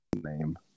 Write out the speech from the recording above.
name